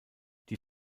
die